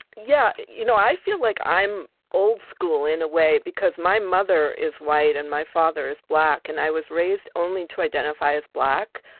yeah, you know, i feel like i'm old school in a way because my mother is white and my father is black. and i was raised only to identify as black.